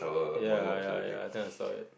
ya ya ya think I saw it